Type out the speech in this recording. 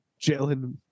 Jalen